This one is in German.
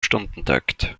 stundentakt